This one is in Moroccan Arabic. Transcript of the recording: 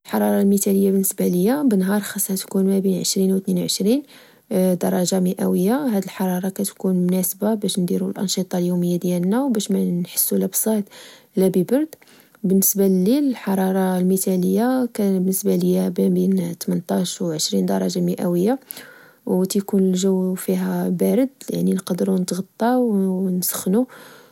الحرارة المثالية بالنسبة ليا، بنهار خاصها تكون مابين عشرين و تنين وعشرين درجة مئوية، هاد الحرارة كتكون مناسبة باش نديرو الأنشطة اليومية ديالنا، وباش منحسو لا بصهد، لا ببرد. بالنسبة الليل، الحرارة المتالية بالنسبة ليا مابين تمنطاش و عشرين درجة مئوية، وتكون الجو فيها بارد، يعني نقدرو نتغطاو و نسخنو